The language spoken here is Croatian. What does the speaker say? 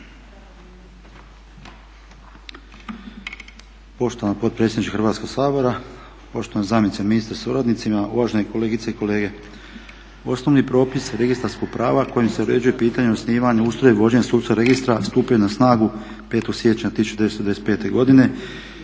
Poštovana potpredsjednice Hrvatskog sabora, poštovana zamjenice ministra se suradnicima, uvažene kolegice i kolege. Osnovni propis registarskog prava kojim se uređuje pitanje osnivanja, ustroja i vođenja sudskog registra stupio je na snagu 5. siječnja 1995. godine